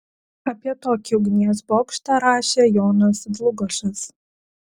apie tokį ugnies bokštą rašė jonas dlugošas